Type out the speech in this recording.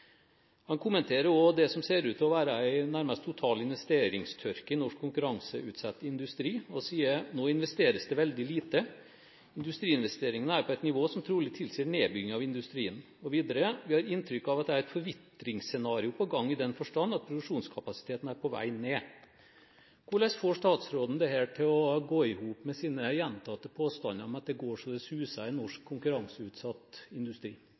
Han kommenterer også det som ser ut til å være en nærmest total investeringstørke i norsk konkurranseutsatt industri, og sier: «Nå investeres det veldig lite. Industriinvesteringer er på et nivå som trolig tilsier nedbygging av industrien». Og videre: «Vi har inntrykk av at det er et forvitringsscenario på gang i den forstand at produksjonskapasiteten er på vei ned». Hvordan får statsråden dette til å gå i hop med sine gjentatte påstander om at det går så det suser i norsk konkurranseutsatt industri?